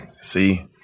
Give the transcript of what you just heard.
See